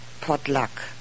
potluck